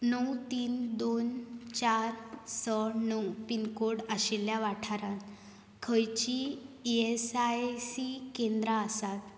णव तीन दोन चार स णव पिनकोड आशिल्ल्या वाठारांत खंयचीं इएसआयसी केंद्रां आसात